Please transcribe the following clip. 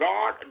God